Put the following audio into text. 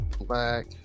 Black